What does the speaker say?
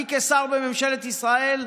אני, כשר בממשלת ישראל,